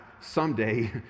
someday